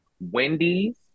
Wendy's